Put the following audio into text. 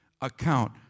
account